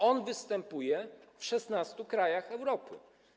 On występuje w 16 krajach Europy.